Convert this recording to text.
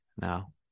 now